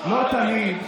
לא תמיד.